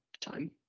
time